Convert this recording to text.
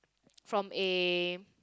from a